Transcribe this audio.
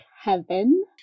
Heaven